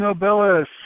Nobilis